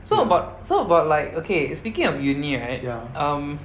so about so about like okay speaking of uni right um